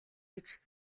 гэж